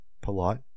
Polite